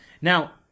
Now